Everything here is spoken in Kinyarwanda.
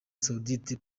saudite